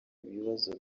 bibazo